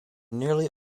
nearly